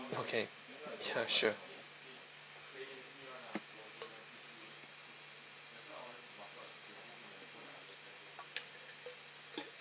okay ya sure